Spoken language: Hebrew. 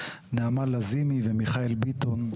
נעמה לזימי ומיכאל ביטון,